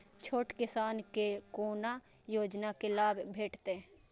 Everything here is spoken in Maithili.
छोट किसान के कोना योजना के लाभ भेटते?